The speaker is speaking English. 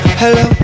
hello